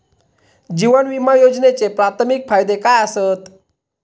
जीवन विमा योजनेचे प्राथमिक फायदे काय आसत?